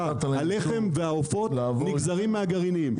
הלחם והעופות נגזרים מהגרעינים.